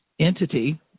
entity